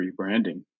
rebranding